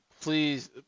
please